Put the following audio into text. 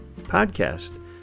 podcast